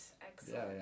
Excellent